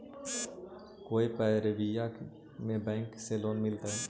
कोई परबिया में बैंक से लोन मिलतय?